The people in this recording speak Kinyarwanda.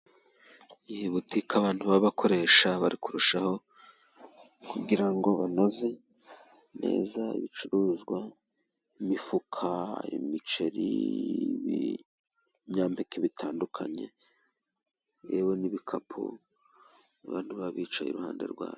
Iyi butike abantu baba babakoresha bari kurushaho kugira ngo banoze neza ibicuruzwa ,imifuka, imiceri, ibinyampeke bitandukanye ,yewe n'ibikapu abantu baba bicaye iruhande rwabyo.